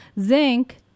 zinc